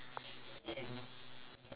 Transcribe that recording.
ya